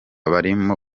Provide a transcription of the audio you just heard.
barimo